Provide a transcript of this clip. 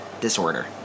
Disorder